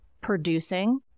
producing